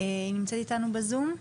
נמצאת איתנו בזום.